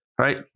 Right